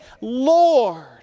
Lord